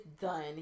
done